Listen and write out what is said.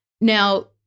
Now